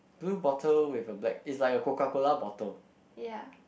blue bottle with a black is like a Coca Cola bottle